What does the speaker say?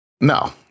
No